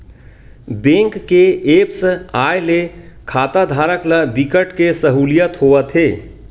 bank के apps आए ले खाताधारक ल बिकट के सहूलियत होवत हे